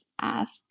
ask